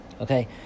Okay